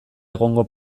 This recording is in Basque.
egongo